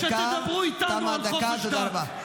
תמה הדקה, תודה רבה.